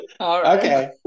Okay